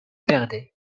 perdait